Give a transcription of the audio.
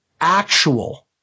actual